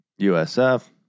USF